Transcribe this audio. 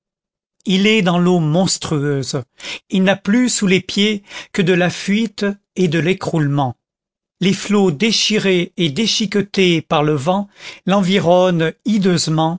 il est dans l'eau monstrueuse il n'a plus sous les pieds que de la fuite et de l'écroulement les flots déchirés et déchiquetés par le vent l'environnent